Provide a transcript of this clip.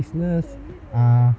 சொல்லிருவ:solliruva